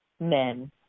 men